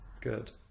good